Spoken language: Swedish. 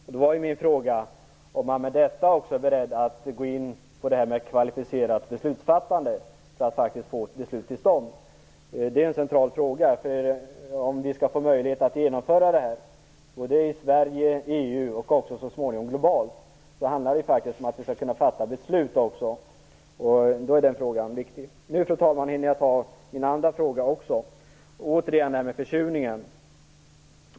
Min fråga var då om man i och med detta också är beredd att gå in på kvalificerat beslutsfattande för att faktiskt få ett beslut till stånd. Det är en central fråga. Om vi skall få möjlighet att genomföra det här - i Sverige, i EU och så småningom globalt - måste vi faktiskt också kunna fatta beslut. Då är den frågan viktig. Fru talman! Nu hinner jag också ställa min andra fråga. Jag vill åter ta upp frågan om försurningen.